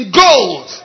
gold